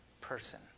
person